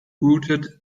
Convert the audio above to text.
rooted